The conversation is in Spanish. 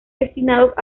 destinados